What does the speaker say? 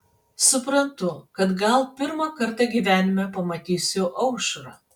suprantu kad gal pirmą kartą gyvenime pamatysiu aušrą